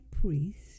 priest